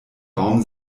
baum